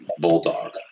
Bulldog